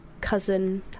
cousin